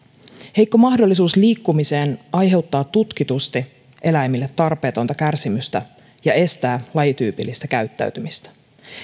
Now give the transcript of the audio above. heikko mahdollisuus liikkumiseen aiheuttaa eläimille tutkitusti tarpeetonta kärsimystä ja estää lajityypillistä käyttäytymistä